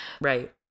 Right